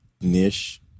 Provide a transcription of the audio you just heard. niche